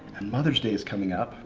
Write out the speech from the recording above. and mother's day is coming up.